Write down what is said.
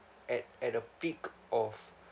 at at a peak of